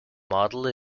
model